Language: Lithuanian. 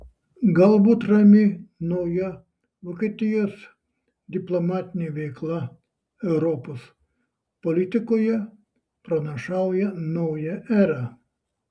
galbūt rami nauja vokietijos diplomatinė veikla europos politikoje pranašauja naują erą